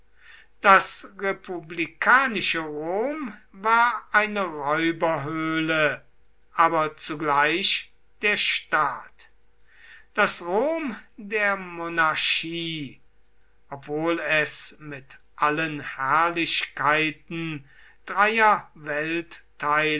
das republikanische rom war eine räuberhöhle aber zugleich der staat das rom der monarchie obwohl es mit allen herrlichkeiten dreier